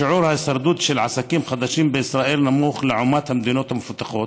שיעור ההישרדות של עסקים חדשים בישראל נמוך לעומת המדינות המפותחות.